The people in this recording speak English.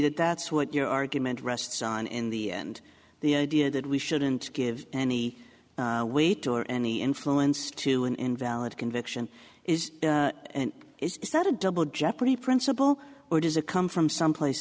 that that's what your argument rests on in the end the idea that we shouldn't give any weight or any influence to an invalid conviction is is that a double jeopardy principle or does it come from someplace